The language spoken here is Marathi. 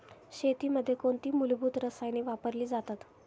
शेतीमध्ये कोणती मूलभूत रसायने वापरली जातात?